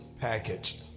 Package